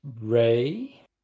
Ray